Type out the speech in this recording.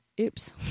Oops